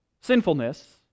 sinfulness